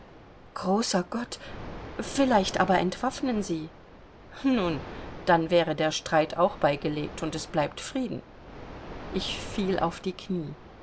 großer gott vielleicht aber entwaffnen sie nun dann wäre der streit auch beigelegt und es bleibt frieden ich fiel auf die knie